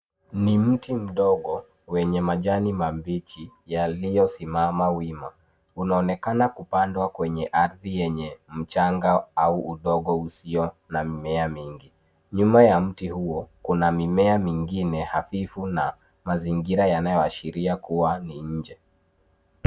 Ni mti mdogo wenye majani mabichi yaliyosimama wima, unaonekana kupandwa kwenye ardhi yenye mchanga au udongo usio na mmea mingi nyuma ya mti huo kuna mimea mengine hafifu na mazingira yanayoashiria kuwa ni nje.